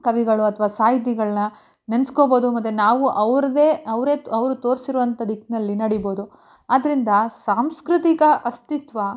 ಕವಿಗಳು ಅಥವಾ ಸಾಹಿತಿಗಳನ್ನ ನೆನ್ಸ್ಕೊಳ್ಬೋದು ಮತ್ತು ನಾವು ಅವ್ರದ್ದೇ ಅವರೇ ಅವರು ತೋರ್ಸಿರುವಂಥ ದಿಕ್ಕಿನಲ್ಲಿ ನಡೀಬೋದು ಆದ್ದರಿಂದ ಸಾಂಸ್ಕೃತಿಕ ಅಸ್ತಿತ್ವ